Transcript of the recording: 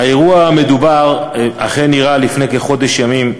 האירוע המדובר אכן אירע לפני כחודש ימים,